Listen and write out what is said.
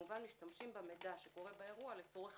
ומשתמשים במידע שקורה באירוע לצורך